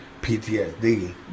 PTSD